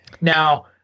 Now